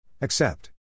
Accept